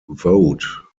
vote